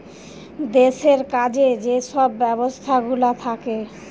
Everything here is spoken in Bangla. দেশের কাজে যে সব ব্যবস্থাগুলা থাকে